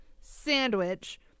sandwich